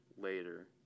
later